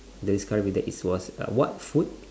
that discovered it that is was uh what food